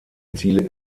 ziele